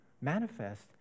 manifest